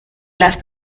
las